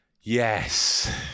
yes